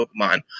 Pokemon